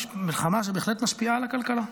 מלחמה שבהחלט משפיעה על הכלכלה.